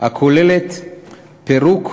הכוללת פירוק,